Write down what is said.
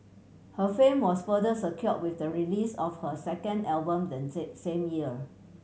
her fame was further secure with the release of her second album then same year